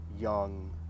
young